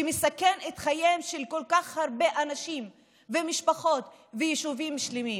שמסכן את חייהם של כל כך הרבה אנשים ומשפחות ויישובים שלמים.